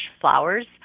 flowers –